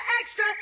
Extra